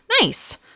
Nice